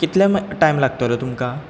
कितलो टायम लागतलो तुमकां